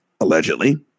allegedly